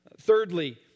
Thirdly